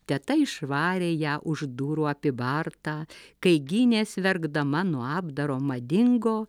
teta išvarė ją už durų apibartą kai gynės verkdama nuo apdaro madingo